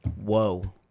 Whoa